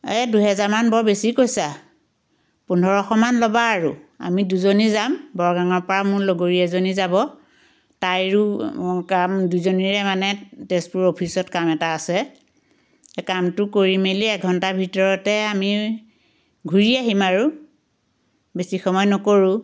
এই দুহেজাৰমান বৰ বেছি কৈছা পোন্ধৰশমান ল'বা আৰু আমি দুজনী যাম বৰগাঙৰ পৰা মোৰ লগৰী এজনী যাব তাইৰো কাম দুইজনীৰে মানে তেজপুৰ অফিচত কাম এটা আছে সেই কামটো কৰি মেলি এঘণ্টাৰ ভিতৰতে আমি ঘূৰি আহিম আৰু বেছি সময় নকৰোঁ